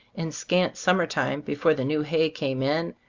in scant summer time be fore the new hay came in,